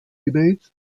debates